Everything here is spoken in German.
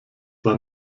war